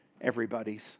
everybody's